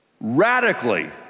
radically